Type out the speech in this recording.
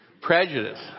Prejudice